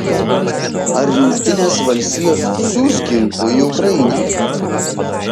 ar jungtinės valstijos siųs ginklų į ukrainą